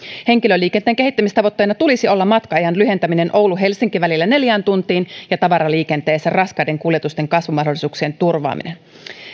henkilöliikenteen kehittämistavoitteena tulisi olla matka ajan lyhentäminen oulu helsinki välillä neljään tuntiin ja tavaraliikenteessä raskaiden kuljetusten kasvumahdollisuuksien turvaaminen